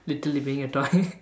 literally being a toy